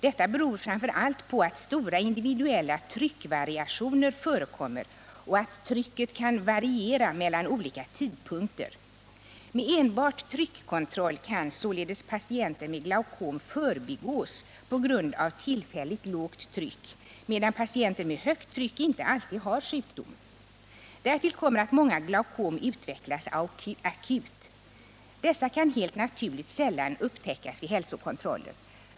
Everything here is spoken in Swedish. Detta beror framför allt på att stora individuella tryckvariationer förekommer och att trycket kan variera mellan olika tidpunkter. Med enbart tryckkontroll kan således patienter med glaucom förbigås på grund av tillfälligt lågt tryck, medan patienter med högt tryck inte alltid har sjukdomen. Därtill kommer att många glaucom utvecklas akut. Dessa kan helt naturligt sällan upptäckas vid hälsokontroller.